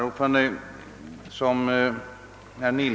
Herr talman!